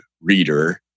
reader